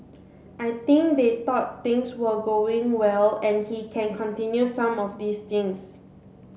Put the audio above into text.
I think they thought things were going well and he can continue some of these things